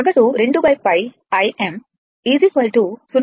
637 Im కు సమానం